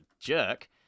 jerk